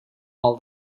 all